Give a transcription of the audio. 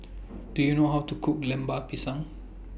Do YOU know How to Cook Lemper Pisang